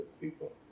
people